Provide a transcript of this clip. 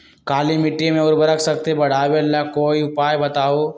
काली मिट्टी में उर्वरक शक्ति बढ़ावे ला कोई उपाय बताउ?